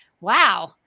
wow